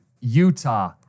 Utah